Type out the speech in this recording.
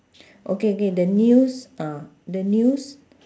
okay okay the news ah the news